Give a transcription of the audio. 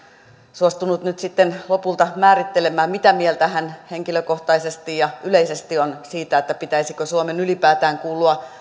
suostunut lopulta määrittelemään mitä mieltä hän henkilökohtaisesti ja yleisesti on siitä pitäisikö suomen ylipäätään kuulua